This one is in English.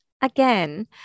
Again